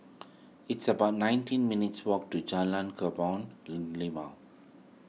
it's about nineteen minutes' walk to Jalan Kebun Limau